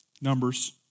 numbers